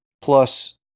plus